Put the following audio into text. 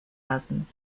lassen